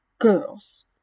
girls